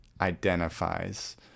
identifies